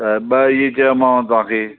त ॿ इहे चयोमांव तव्हांखे